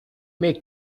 make